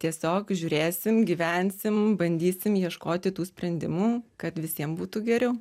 tiesiog žiūrėsim gyvensim bandysim ieškoti tų sprendimų kad visiem būtų geriau